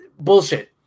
bullshit